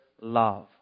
love